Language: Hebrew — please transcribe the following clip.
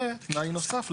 ותנאי נוסף,